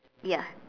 ya